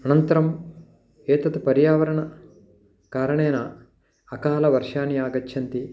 अनन्तरम् एतत् पर्यावरणकारणेन अकालवर्षाणि आगच्छन्ति